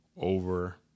over